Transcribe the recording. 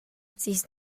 siehst